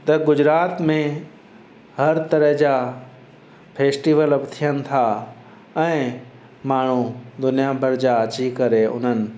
त गुजरात में हर तरह जा फेस्टीवल बि थियनि था ऐं माण्हू दुनिया भर जा अची करे उन्हनि